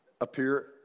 appear